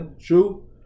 true